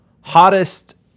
hottest